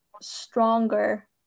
stronger